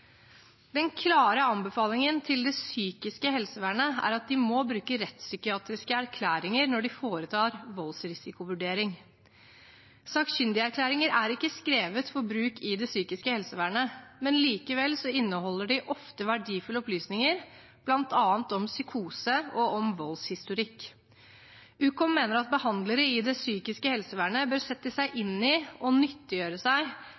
Den klare anbefalingen til det psykiske helsevernet er at de må bruke rettspsykiatriske erklæringer når de foretar voldsrisikovurdering. Sakkyndigerklæringer er ikke skrevet for bruk i det psykiske helsevernet, men likevel inneholder de ofte verdifulle opplysninger, bl.a. om psykose og om voldshistorikk. Ukom mener at behandlere i det psykiske helsevernet bør sette seg inn i og nyttiggjøre seg